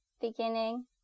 beginning